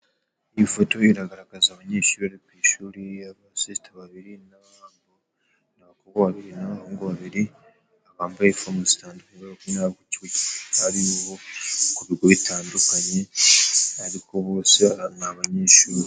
Iyi foto iragaragaza abanyeshuri bari ku ishuri, abasisita babiri n'abahungu babiri, bambaye ifomu zitandukanye, bigaragara ko arabo ku bigo bitandukanye, ariko bose ni abanyeshuri.